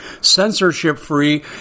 censorship-free